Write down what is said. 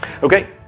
Okay